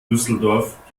düsseldorf